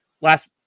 Last